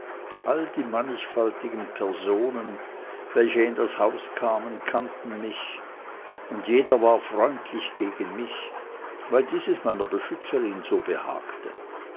alle die mannigfaltigen personen welche in das haus kamen kannten mich und jeder war freundlich gegen mich weil dieses meiner beschützerin so behagte